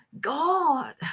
God